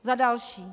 Za další.